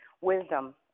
wisdom